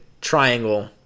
triangle